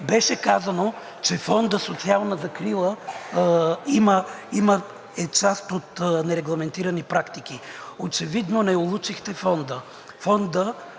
Беше казано, че Фондът „Социална закрила“ е част от нерегламентирани практики. Очевидно не улучихте фонда.